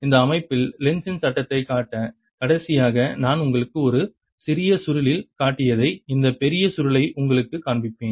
இந்த அமைப்பில் லென்ஸின் சட்டத்தைக் காட்ட கடைசியாக நான் உங்களுக்கு ஒரு சிறிய சுருளில் காட்டியதை இந்த பெரிய சுருளை உங்களுக்குக் காண்பிப்பேன்